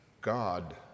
God